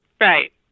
Right